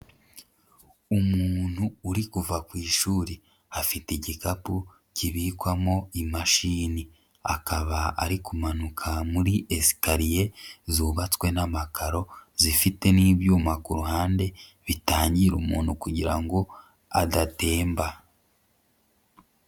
Umuntu uri kuva ku ishuri, afite igikapu kibikwamo imashini akaba ari kumanuka muri esikariye zubatswe n'amakaro zifite n'ibyuma ku ruhande bitangira umuntu kugira ngo adatemba.